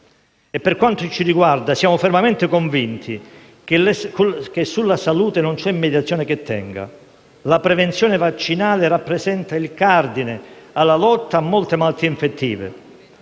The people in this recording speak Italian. Per quanto ci riguarda siamo fermamente convinti che sulla salute non vi sia mediazione che tenga. La prevenzione vaccinale rappresenta il cardine della lotta a molte malattie infettive.